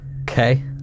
Okay